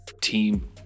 team